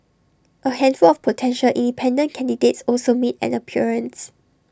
A handful of potential independent candidates also made an appearance